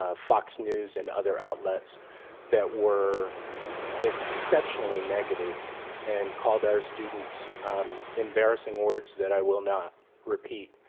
ah fox news and other outlets that were exceptionally negative and called our students embarrassing words that i will not repeat.